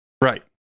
Right